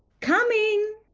coming.